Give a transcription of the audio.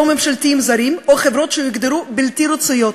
ממשלתיים זרים או חברות שיוגדרו בלתי רצויות,